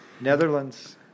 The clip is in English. Netherlands